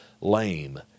lame